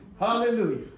Hallelujah